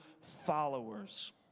followers